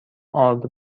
آرد